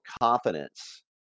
confidence